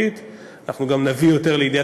ואנחנו מקווים שזה יפתור